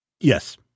Yes